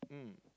mm